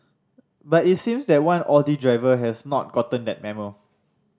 but it seems that one Audi driver has not gotten that memo